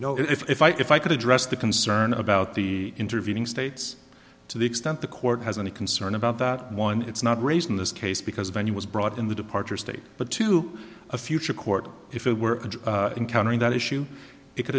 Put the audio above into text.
you know if i can find could address the concern about the intervening states to the extent the court has any concern about that one it's not raised in this case because venue was brought in the departure state but to a future court if it were encountering that issue it could